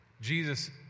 Jesus